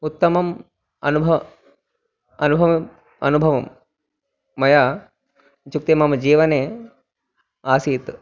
उत्तमम् अनुभवम् अनुभवम् अनुभवं मया इत्युक्ते मम जीवने आसीत्